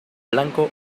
blanco